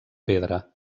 pedra